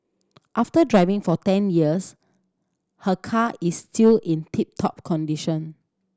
after driving for ten years her car is still in tip top condition